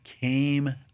came